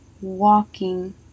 walking